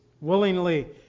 willingly